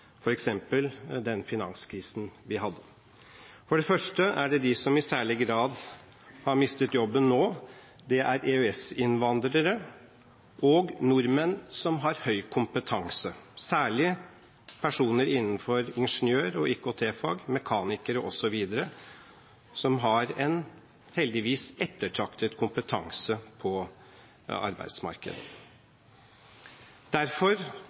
f.eks. den finanskrisen vi hadde. For det første gjelder det dem som i særlig grad har mistet jobben nå, EØS-innvandrere og nordmenn som har høy kompetanse. Særlig gjelder det personer innenfor ingeniør- og IKT-fag, mekanikere osv., som heldigvis har en kompetanse som er ettertraktet på arbeidsmarkedet. Derfor